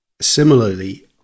Similarly